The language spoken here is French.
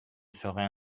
serait